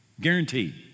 Guaranteed